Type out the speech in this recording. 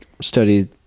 studied